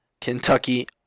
Kentucky